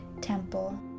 temple